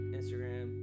Instagram